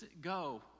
go